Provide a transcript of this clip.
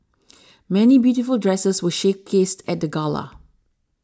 many beautiful dresses were showcased at the gala